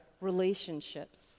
relationships